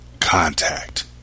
contact